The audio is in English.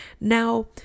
Now